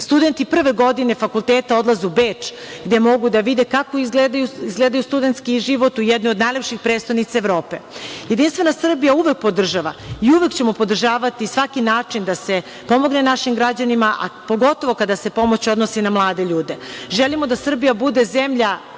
studenti prve godine fakulteta odlaze u Beč gde mogu da vide kako izgleda studentski život u jednoj on najlepših prestonica Evrope. Jedinstvena Srbija uvek podržava i uvek ćemo podržavati svaki način da se pomogne našim građanima, a pogotovo kada se pomoć odnosi na mlade ljude. Želimo da Srbija bude zemlja